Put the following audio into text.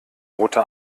rote